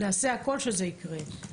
נעשה הכול שזה יקרה.